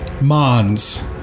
Mons